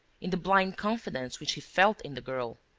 in the blind confidence which he felt in the girl.